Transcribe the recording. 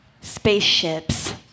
spaceships